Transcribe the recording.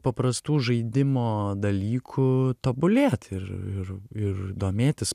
paprastų žaidimo dalykų tobulėt ir ir ir domėtis